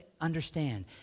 understand